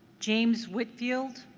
james whitfield?